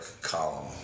column